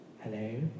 hello